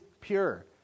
pure